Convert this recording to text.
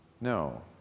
No